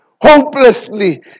hopelessly